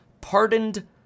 pardoned